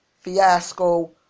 fiasco